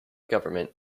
government